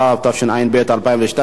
התשע"ב 2012,